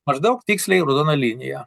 maždaug tiksliai raudona linija